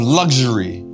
luxury